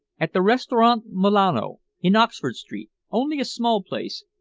at the restaurant milano, in oxford street only a small place,